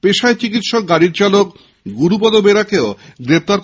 পেশায় চিকিৎসক গাড়ীর চালক গুরুপদ বেরাও গ্রেপ্তার